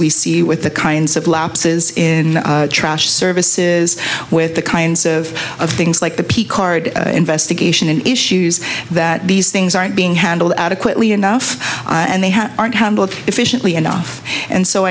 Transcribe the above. we see with the kinds of lapses in trash services with the kinds of things like the p card investigation and issues that these things aren't being handled adequately enough and they have aren't handled efficiently enough and so